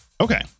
Okay